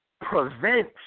prevent